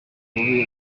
bubi